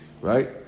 right